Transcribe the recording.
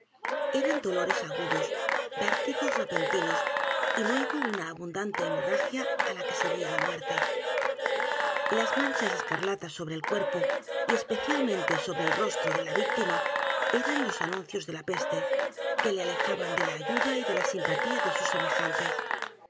d o s vértigos repentinos y luego una abundante hemorragia á la que seguía la muerte las manchas escarlatas sobre el cuerpo y especialmente sobre el rostro de la víctima eran los anuncios de la peste que le alejaban de la ayuda y de la simpatía de sus semejantes